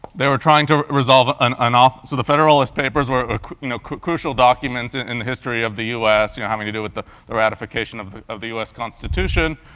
they were trying to resolve and and so the federalist papers were you know crucial documents in the history of the us, you know, having to do with the the ratification of of the us constitution.